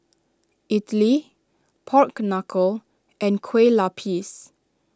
Idly Pork Knuckle and Kueh Lupis